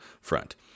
front